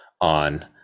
on